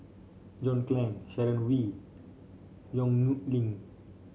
John Clang Sharon Wee Yong Nyuk Lin